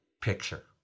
picture